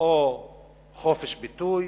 או חופש ביטוי